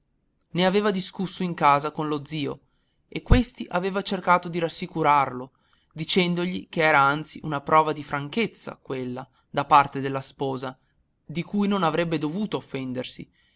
ne aveva discusso in casa con lo zio e questi aveva cercato di rassicurarlo dicendogli che era anzi una prova di franchezza quella da parte della sposa di cui non avrebbe dovuto offendersi